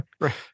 Right